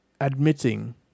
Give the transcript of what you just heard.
Admitting